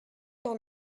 dans